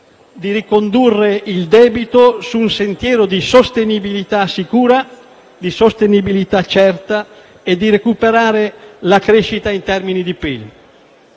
di ricondurre il debito su un sentiero di sostenibilità sicura e certa e recuperare la crescita in termini di PIL.